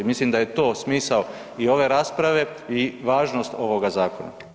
Mislim da je to smisao i ove rasprave i važnost ovoga zakona.